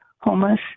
homeless